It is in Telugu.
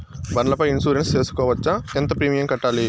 బండ్ల పై ఇన్సూరెన్సు సేసుకోవచ్చా? ఎంత ప్రీమియం కట్టాలి?